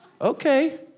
okay